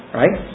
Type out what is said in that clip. right